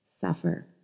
suffer